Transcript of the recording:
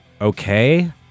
Okay